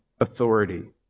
authority